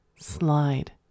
slide